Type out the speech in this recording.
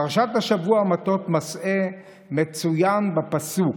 בפרשת השבוע מטות-מסעי מצוין בפסוק: